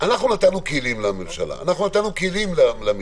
נתנו כלים לממשלה ולמשטרה.